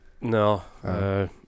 No